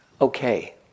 okay